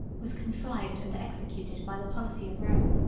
was contrived and executed by the policy of rome.